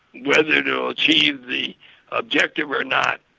whether they'll achieve the objective or not